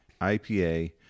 IPA